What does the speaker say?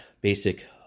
Basic